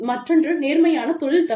மற்றொன்று நேர்மையான தொழில் தகுதி